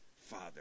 father